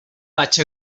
vaig